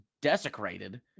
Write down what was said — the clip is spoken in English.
desecrated